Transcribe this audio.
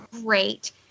great